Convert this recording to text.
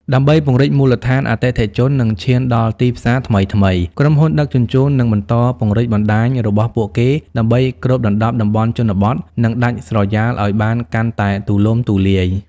ដើម្បីពង្រីកមូលដ្ឋានអតិថិជន និងឈានដល់ទីផ្សារថ្មីៗ ក្រុមហ៊ុនដឹកជញ្ជូននឹងបន្តពង្រីកបណ្តាញរបស់ពួកគេដើម្បីគ្របដណ្តប់តំបន់ជនបទ និងដាច់ស្រយាលឱ្យបានកាន់តែទូលំទូលាយ។